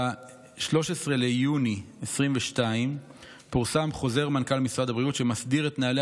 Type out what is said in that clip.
ב-13 ביוני 2022 פורסם חוזר מנכ"ל משרד הבריאות שמסדיר את נוהלי